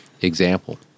example